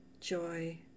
joy